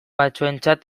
batzuentzat